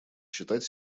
считать